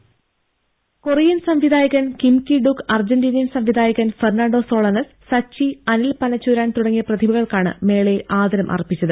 രംഭ Korean സംവിധായകൻ Kim Ki Duk Argentinian സംവിധായകൻ Fernando Solanas Sachy Anil Panachooran തുടങ്ങിയ പ്രതിഭകൾക്കാണ് മേളയിൽ ആദരം അർപ്പിച്ചത്